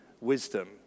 wisdom